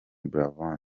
buravan